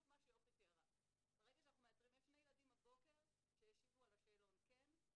יש שני ילדים הבוקר שהשיבו על השאלון "כן",